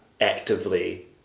actively